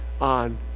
on